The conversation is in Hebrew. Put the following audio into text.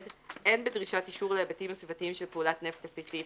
(ד)אין בדרישת אישור להיבטים הסביבתיים של פעולת נפט לפי סעיף